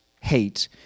hate